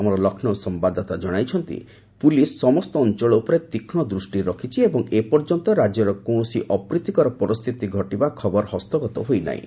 ଆମର ଲକ୍ଷ୍ନୌ ସମ୍ଘାଦଦାତା ଜଣାଇଛନ୍ତି ପୁଲିସ୍ ସମସ୍ତ ଅଞ୍ଚଳ ଉପରେ ତୀକ୍ଷ୍ନ ଦୂଷ୍ଟି ରଖିଛି ଏବଂ ଏ ପର୍ଯ୍ୟନ୍ତ ରାଜ୍ୟରେ କୌଣସି ଅପ୍ରୀତିକର ପରିସ୍ଥିତି ଘଟିବା ଖବର ହସ୍ତଗତ ହୋଇନାହିଁ